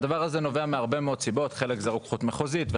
הדבר הזה נובע מהרבה מאוד סיבות: רוקחות מחוזית,